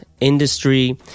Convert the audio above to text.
industry